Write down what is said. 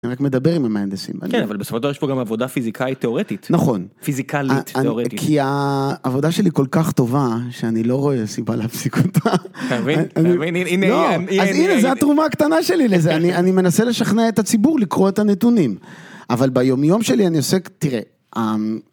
אני רק מדבר עם המהנדסים. כן, אבל בסופו של דבר יש פה גם עבודה פיזיקאית תיאורטית. נכון. פיזיקאלית תיאורטית. כי העבודה שלי כל כך טובה, שאני לא רואה סיבה להפסיק אותה. אתה מבין? אתה מבין? הנה היא. אז הנה, זו התרומה הקטנה שלי לזה. אני מנסה לשכנע את הציבור לקרוא את הנתונים. אבל ביומיום שלי אני עושה, תראה...